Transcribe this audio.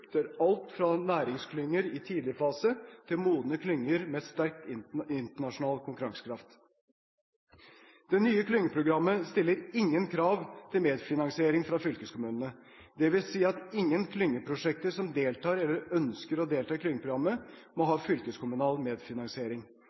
alt fra næringsklynger i tidligfase til modne klynger med sterk internasjonal konkurransekraft. Det nye klyngeprogrammet stiller ingen krav til medfinansiering fra fylkeskommunene. Det vil si at ingen klyngeprosjekter som deltar eller ønsker å delta i klyngeprogrammet, må ha fylkeskommunal medfinansiering.